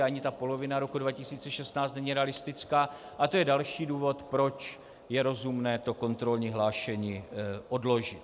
Ani ta polovina roku 2016 není realistická a to je další důvod, proč je rozumné kontrolní hlášení odložit.